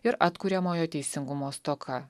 ir atkuriamojo teisingumo stoka